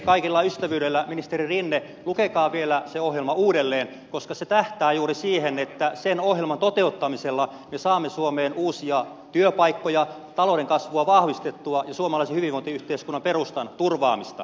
kaikella ystävyydellä ministeri rinne lukekaa vielä se ohjelma uudelleen koska se tähtää juuri siihen että sen ohjelman toteuttamisella me saamme suomeen uusia työpaikkoja talouden kasvua vahvistettua ja suomalaisen hyvinvointiyhteiskunnan perustaa turvattua